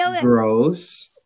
Gross